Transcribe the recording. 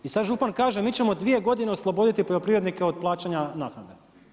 I sad, župan kaže mi ćemo 2 godine osloboditi poljoprivrednike od plaćanja naknade.